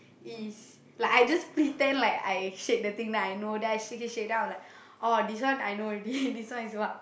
is like I just pretend like I shake the thing then I know then I shake shake shake then I'm like orh this one I know already this one is what